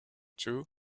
too